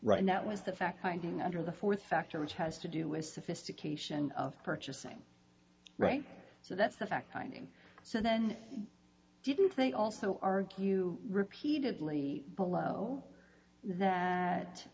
right now was the fact finding under the fourth factor which has to do with sophistication of purchasing right so that's a fact finding so then didn't they also argue repeatedly below tha